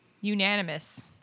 unanimous